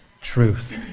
truth